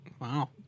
Wow